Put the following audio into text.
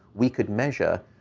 we could measure,